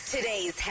Today's